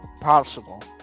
Possible